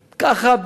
ככה,